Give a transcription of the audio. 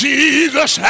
Jesus